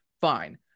Fine